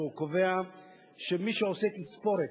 קובע שמי שעושה תספורת,